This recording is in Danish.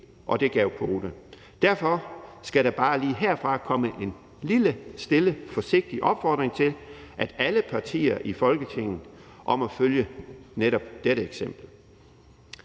og det gav pote. Derfor skal der bare lige herfra komme en lille, stille, forsigtig opfordring til alle partier i Folketinget om at følge netop dette eksempel.